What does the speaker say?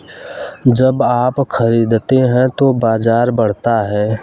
जब आप खरीदते हैं तो बाजार बढ़ता है